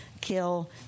kill